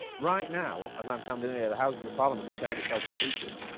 right now, as i'm standing here, the houses of parliament is tearing itself to pieces